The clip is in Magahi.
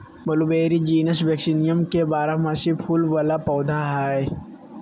ब्लूबेरी जीनस वेक्सीनियम के बारहमासी फूल वला पौधा हइ